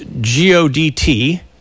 G-O-D-T